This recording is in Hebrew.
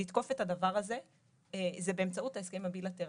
לתקוף את הדבר הזה היא באמצעות ההסכם הבילטרלי.